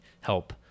help